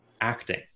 acting